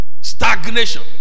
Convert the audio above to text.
Stagnation